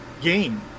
game